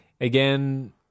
Again